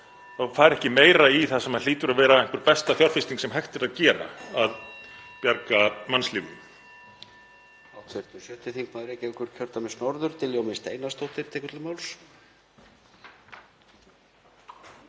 fari ekki meira í það sem hlýtur að vera einhver besta fjárfesting sem hægt er að gera; að bjarga mannslífum.